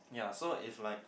ya so if like